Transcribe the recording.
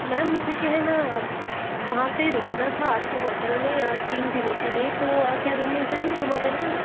ma'am मुझे क्या है न वहाँ पर रुकना था आपके होटल में यहाँ तीन दिनों के लिए तो क्या रूम मिल जाएंगे रूम अवेलेबल हैं